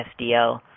SDL